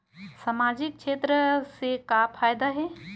सामजिक क्षेत्र से का फ़ायदा हे?